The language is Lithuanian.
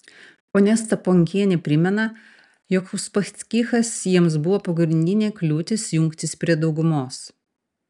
ponia staponkienė primena jog uspaskichas jiems buvo pagrindinė kliūtis jungtis prie daugumos